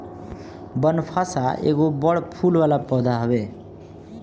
बनफशा एगो बड़ फूल वाला पौधा हवे